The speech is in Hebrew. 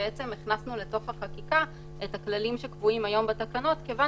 בעצם הכנסנו לתוך החקיקה את הכללים שקבועים היום בתקנות כיוון